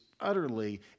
utterly